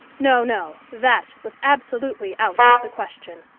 no, no that was absolutely out of the question.